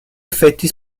effetti